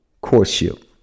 courtship